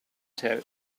tell